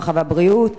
הרווחה והבריאות,